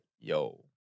Yo